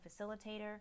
Facilitator